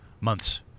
Months